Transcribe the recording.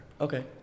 Okay